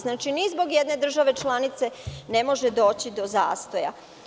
Znači, ni zbog jedne države članice ne može doći do zastoja.